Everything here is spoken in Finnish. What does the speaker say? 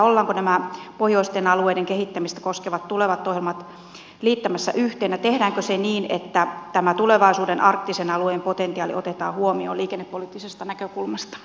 ollaanko nämä pohjoisten alueiden kehittämistä koskevat tulevat ohjelmat liittämässä yhteen ja tehdäänkö se niin että tämä tulevaisuuden arktisen alueen potentiaali otetaan huomioon liikennepoliittisesta näkökulmasta